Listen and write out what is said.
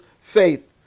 faith